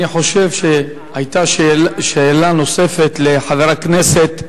אני חושב שהיתה שאלה נוספת לחבר הכנסת,